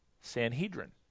Sanhedrin